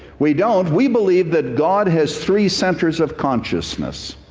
we don't. we believe that god has three centers of consciousness.